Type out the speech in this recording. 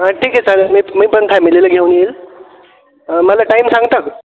हा ठीक आहे चालेल मी मी पण काय फॅमिलीला घेऊन येईल मला टाईम सांगता का